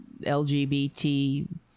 LGBT